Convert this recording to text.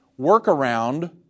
workaround